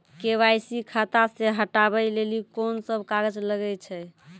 KYC खाता से हटाबै लेली कोंन सब कागज लगे छै?